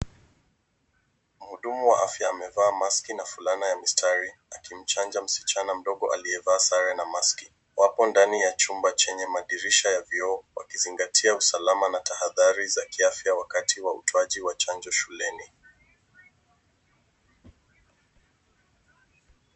Mhudumu wa afya amevaa maski na fulana ya mistari ,akimchanja msichana mdogo aliyevaa sare na maski .Wapo ndani ya chumba chenye madirisha ya vioo, wakizingatia usalama na tahadhari za ki afya wakati wa utoaji wa chanjo shuleni.